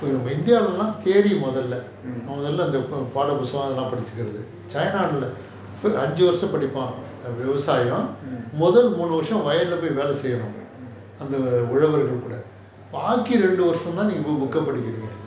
mm mm